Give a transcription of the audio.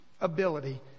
ability